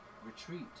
Retreat